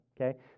okay